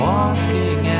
Walking